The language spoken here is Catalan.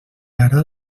ara